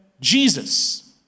Jesus